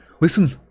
Listen